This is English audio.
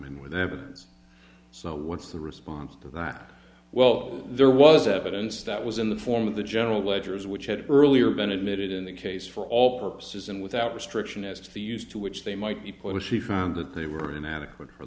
in with evidence so what's the response to that well there was evidence that was in the form of the general ledgers which had earlier been admitted in the case for all purposes and without restriction as to the use to which they might be put was she found that they were inadequate for